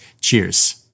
Cheers